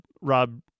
Rob